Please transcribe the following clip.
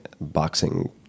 boxing